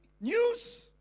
news